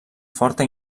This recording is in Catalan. forta